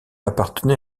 appartenait